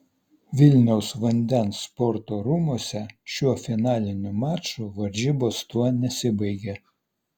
vilniaus vandens sporto rūmuose šiuo finaliniu maču varžybos tuo nesibaigė